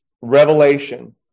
revelation